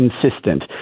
consistent